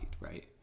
Right